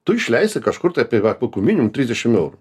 tu išleisi kažkur tai apie va kokių minimum trisdešim eurų